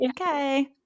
okay